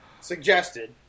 suggested